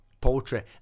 poetry